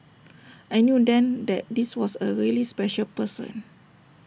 I knew then that this was A really special person